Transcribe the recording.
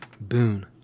boon